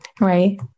Right